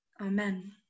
Amen